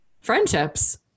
friendships